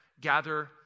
gather